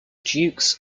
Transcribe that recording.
dukes